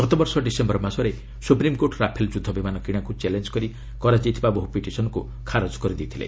ଗତବର୍ଷ ଡିସେମ୍ବର ମାସରେ supreme court Rafale ଯୁଦ୍ଧ ବିମାନ କିଶାକୁ ଚ୍ୟାଲେଞ୍ଚ କରି କରାଯାଇଥିବା ବହୁ ପିଟିସନ୍କୁ ଖାରଜ କରିଦେଇଥିଲେ